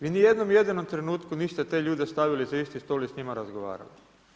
Vi ni u jednom jedinom trenutku niste te ljude stavili za isti stol i s njima razgovarali.